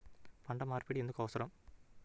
పంట మార్పిడి ఎందుకు అవసరం?